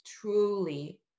truly